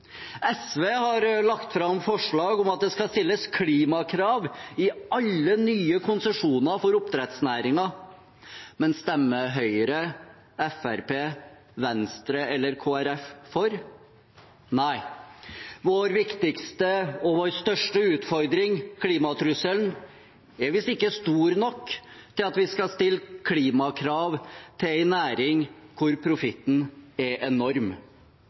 SV har lagt fram forslag om at det skal stilles klimakrav i alle nye konsesjoner for oppdrettsnæringen, men stemmer Høyre, Fremskrittspartiet, Venstre eller Kristelig Folkeparti for? Nei – vår viktigste og vår største utfordring, klimatrusselen, er visst ikke stor nok til at vi skal stille klimakrav til en næring hvor profitten er enorm.